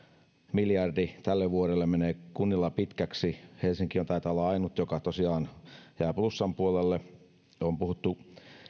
miljardi tälle vuodelle menee kunnilla pitkäksi helsinki taitaa olla ainut joka tosiaan jää plussan puolelle on puhuttu